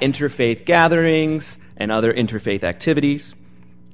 interfaith gatherings and other interfaith activities